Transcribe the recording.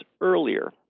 earlier